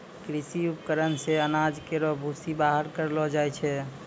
कृषि उपकरण से अनाज केरो भूसी बाहर करलो जाय छै